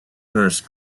nurse